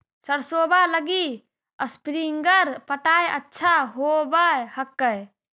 सरसोबा लगी स्प्रिंगर पटाय अच्छा होबै हकैय?